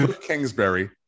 Kingsbury